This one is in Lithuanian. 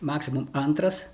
maksimum antras